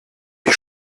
ich